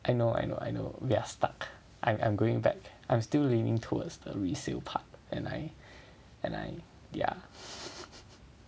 I know I know I know we're stuck I am going back I'm still leaning towards the resale part and I and I ya